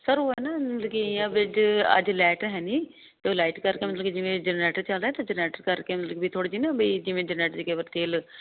sir ਉਹ ਹੈ ਨਾ ਵਿੱਚ ਅੱਜ ਲੈਟ ਹੈ ਨੀ ਉਹ ਲਾਈਟ ਕਰਕੇ ਮਤਲਬ ਜਿਵੇਂ ਜਨਰੇਟਰ ਚੱਲ ਰਿਹਾ ਤਾਂ ਜਨਰੇਟਰ ਕਰਕੇ ਥੋੜੀ ਜਿਹੀ ਨਾ ਜਿਵੇਂ ਜਨਰੇਟਰ ਦੀ ਕੇਵਰ ਤੇਲ